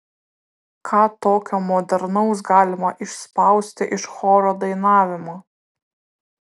ką tokio modernaus galima išspausti iš choro dainavimo